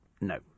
no